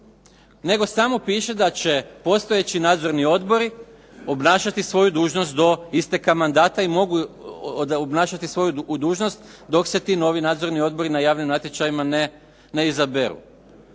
nego samo piše da će postojeći nadzorni odbori obnašati svoju dužnost do isteka mandata i mogu obnašati svoju dužnost dok se ti novi nadzorni odbori na javnim natječajima ne izaberu.